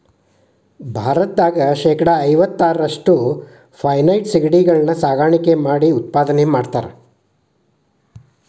ಭಾರತದಾಗ ಐವತ್ತಾರ್ ಪೇರಿಸೆಂಟ್ನಷ್ಟ ಫೆನೈಡ್ ಸಿಗಡಿಗಳನ್ನ ಸಾಕಾಣಿಕೆ ಮಾಡಿ ಉತ್ಪಾದನೆ ಮಾಡ್ತಾರಾ